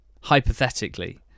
hypothetically